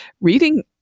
reading